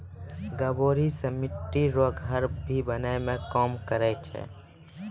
गभोरी से मिट्टी रो घर भी बनाबै मे काम करै छै